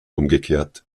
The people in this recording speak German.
umgekehrt